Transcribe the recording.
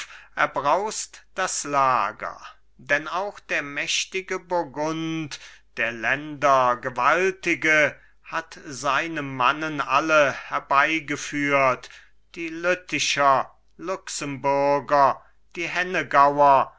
erbraust das lager denn auch der mächtige burgund der länder gewaltige hat seine mannen alle herbeigeführt die lütticher luxemburger die